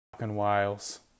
Wales